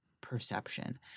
perception